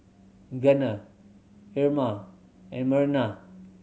Gunnar Irma and Merna